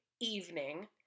evening